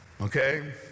Okay